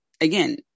again